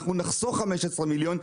אנחנו נחסוך 15 מיליון,